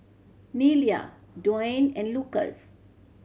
Nelia Dwaine and Lucas